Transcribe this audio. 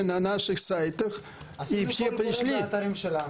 עשינו --- באתרים שלנו.